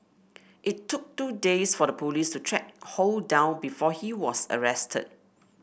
it took two days for the police to track Ho down before he was arrested